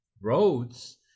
roads